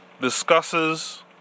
discusses